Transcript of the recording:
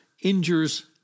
injures